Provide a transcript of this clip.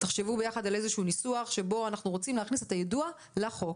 תחשבו ביחד על איזה שהוא ניסוח שבו אנחנו רוצים להכניס את היידוע לחוק.